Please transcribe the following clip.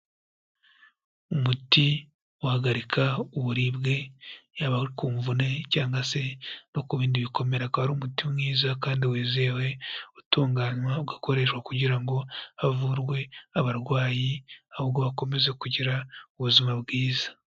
Umuti uhagarika uburibwe, yaba ari kumvune cyangwa se no ku bindi bikomere, akaba ari umuti mwiza kandi wizewe utunganywa, ugakoreshwa kugira ngo havurwe abarwayi ahubwo bakomeze kugira ubuzima bwiza.